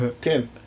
Ten